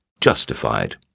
justified